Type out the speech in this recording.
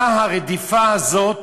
מה הרדיפה הזאת